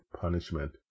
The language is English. punishment